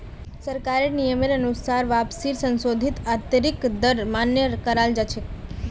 सरकारेर नियमेर अनुसार वापसीर संशोधित आंतरिक दर मान्य कराल जा छे